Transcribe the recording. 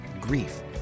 grief